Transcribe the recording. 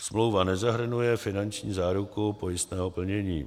smlouva nezahrnuje finanční záruku pojistného plnění.